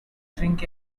drink